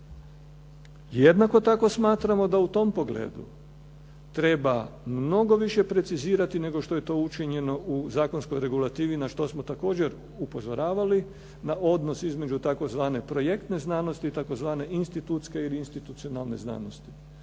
Jednako tako smatramo da u tom pogledu treba mnogo više precizirati nego što je to učinjeno u zakonskoj regulativi na što smo također upozoravali, na odnos između tzv. projektne znanosti i tzv. institutske ili institucionalne znanosti.